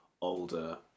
older